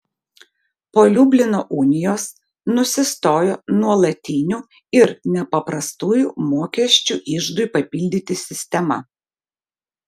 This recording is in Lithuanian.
po liublino unijos nusistojo nuolatinių ir nepaprastųjų mokesčių iždui papildyti sistema